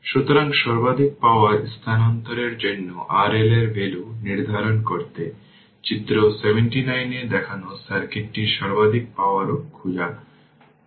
সুতরাং এই 3টি ফাংশন সম্পর্কে ইনিশিয়াল ধারণা ফার্স্ট অর্ডার সার্কিট বোঝাতে সাহায্য করে